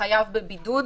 חייב בבידוד,